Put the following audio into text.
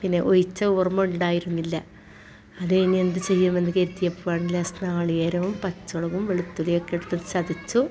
പിന്നെ ഒഴിച്ച ഓർമ ഉണ്ടായിരുന്നില്ല അതുകഴിഞ്ഞെന്ത് ചെയ്യുമെന്ന് കരുതിയപ്പോളാണ് ഒരു ഗ്ലാസ് നാളികേരവും പച്ചമുളകും വെളുത്തുള്ളിയൊക്കെയെടുത്ത് സതച്ചു